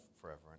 forever